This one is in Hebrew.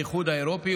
באיחוד האירופי,